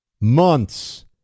months